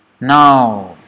Now